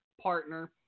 partner